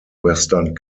western